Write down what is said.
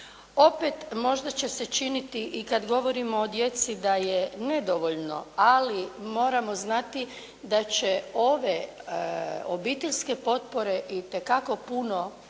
Opet možda će se činiti i kad govorimo o djeci da je nedovoljno, ali moramo znati da će ove obiteljske potpore itekako puno